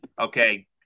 okay